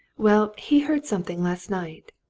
well, he heard something last night.